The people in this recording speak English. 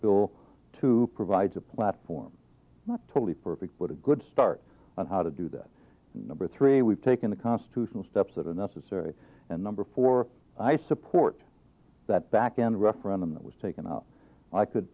bill two provides a platform not totally perfect but a good start on how to do that number three we've taken the constitutional steps that are necessary and number four i support that back in the referendum that was taken out i could